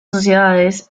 sociedades